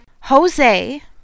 Jose